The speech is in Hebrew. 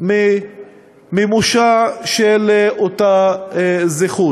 ממימושה של אותה הזכות.